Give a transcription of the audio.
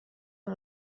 amb